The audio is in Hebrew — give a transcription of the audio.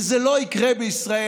וזה לא יקרה בישראל.